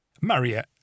maria